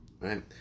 Right